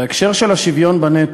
בהקשר של השוויון בנטל,